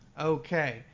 Okay